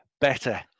better